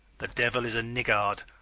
the diuell is a niggard,